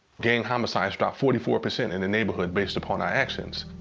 gang homicides dropped forty four percent in the neighborhood based upon our actions.